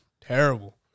Terrible